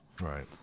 Right